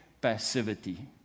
passivity